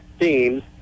teams